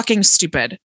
stupid